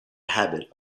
habit